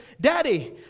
daddy